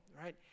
right